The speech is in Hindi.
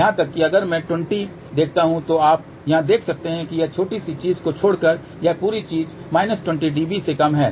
यहां तक कि अगर मैं 20 देखता हूं तो आप यहां देख सकते हैं कि इस छोटी सी चीज को छोड़कर यह पूरी चीज 20 dB से कम है